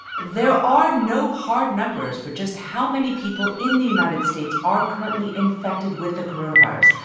there are no hard numbers for just how many people in the united states are currently infected with the coronavirus.